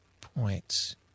points